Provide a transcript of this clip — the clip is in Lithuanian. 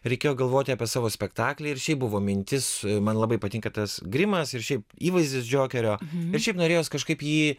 reikėjo galvoti apie savo spektaklį ir šiaip buvo mintis man labai patinka tas grimas ir šiaip įvaizdis džokerio bet šiaip norėjos kažkaip jį